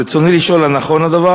רצוני לשאול: 1. האם נכון הדבר?